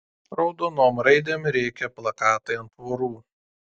raudonom raidėm rėkė plakatai ant tvorų